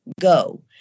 Go